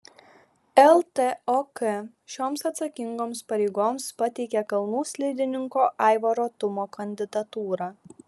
ltok šioms atsakingoms pareigoms pateikė kalnų slidininko aivaro tumo kandidatūrą